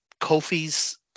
Kofi's